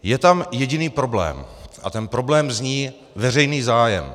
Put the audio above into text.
Je tam jediný problém a ten problém zní: veřejný zájem.